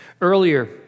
Earlier